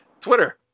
Twitter